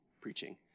preaching